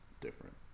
different